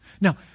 Now